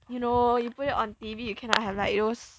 you know you put it on T_V you cannot have like those